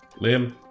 Liam